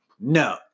No